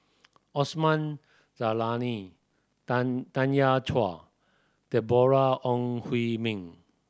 Osman Zailani Tanya Chua Deborah Ong Hui Min